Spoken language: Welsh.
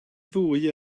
ddwy